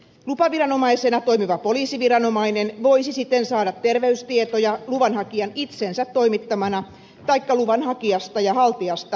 lupaviranomaisena toimiva poliisiviranomainen voisi siten saada terveystietoja luvanhakijan itsensä toimittamina taikka luvanhakijasta ja haltijasta suoraan lääkäriltä